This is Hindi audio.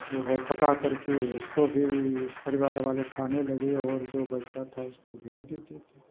जो है पकाकर के उसको भी परिवार वाले खाने लगे और जो बचता था उसको बेंच देते थे